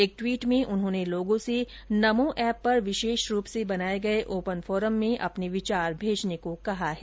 एक ट्वीट में उन्होंने लोगों से नमो एप पर विशेष रूप से बनाये गए ओपन फोरम में अपने विचार भेजने को कहा है